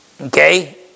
Okay